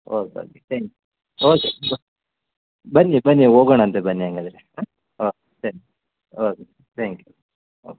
oak okay thank okay ಬನ್ನಿ ಬನ್ನಿ ಹೋಗೋಣಂತೆ ಬನ್ನಿ ಹಂಗಾದ್ರೆ ಹಾಂ ಹಾಂ ಸರಿ ಓಕೆ ತ್ಯಾಂಕ್ ಯು ಓಕ್